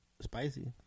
spicy